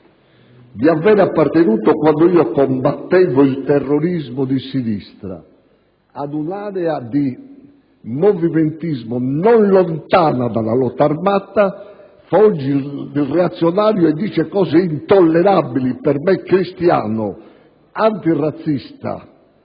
di aver appartenuto (quando io combattevo il terrorismo di sinistra) ad un'area di movimentismo non lontana dalla lotta armata, fa oggi il reazionario e dice cose intollerabili per me (cristiano, antirazzista